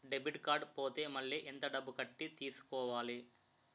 Debit card పోతే మళ్ళీ ఎంత డబ్బు కట్టి తీసుకోవాలి?